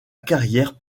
carrière